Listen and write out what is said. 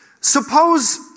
Suppose